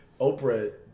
Oprah